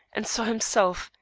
and saw himself,